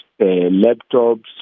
laptops